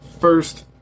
first